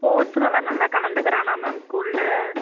ஸ்போர்ட்ஸ்லெலாம் நல்லா கலந்துக்கிறானா மேம் ஸ்கூலில்